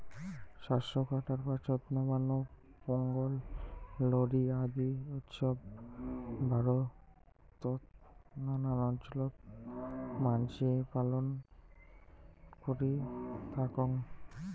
শস্য কাটার পাছত নবান্ন, পোঙ্গল, লোরী আদি উৎসব ভারতত নানান অঞ্চলত মানসি পালন করি থাকং